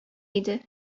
иде